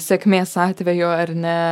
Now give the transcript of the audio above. sėkmės atveju ar ne